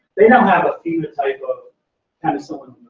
they now have a phenotype of penicillin